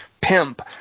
pimp